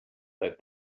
that